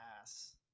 ass